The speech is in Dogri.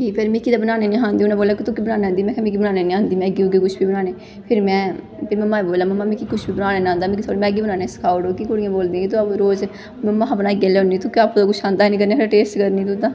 कि मिगी ते बनाना निं ही आंदी उ'नें बोलेआ कि तुगी बनानी निं आंदा महां मिगी बनाना निं आंदी मैगी मूगी कुछ बी बनाने फिर में फ्ही मम्मा गी बोलेआ मम्मा मिगी कुछ बी बनाना निं औंदा ऐ मिगी थोह्ड़ी मैगी बनाना सखाई ओड़ो कि कुड़ियां बोलदियां कि तूं रोज़ मम्मा शा बनाइयै लेऔने तुगी आपूं ते कुछ औंदा निं ते कन्नै टेस्ट टेस्ट करनी तूं तां